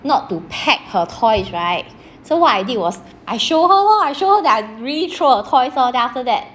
not to pack her toys right so what I did was I show her lor I show her that I really throw toy then after that